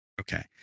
Okay